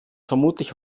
vermutlich